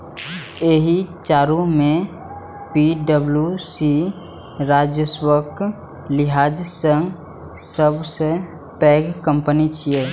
एहि चारू मे पी.डब्ल्यू.सी राजस्वक लिहाज सं सबसं पैघ कंपनी छै